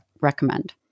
recommend